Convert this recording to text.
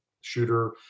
Shooter